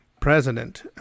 president